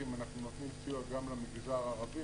אנחנו נותנים סיוע גם למגזר הערבי,